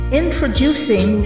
introducing